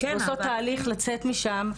ועושות תהליך לצאת משם,